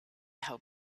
how